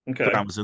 okay